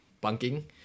bunking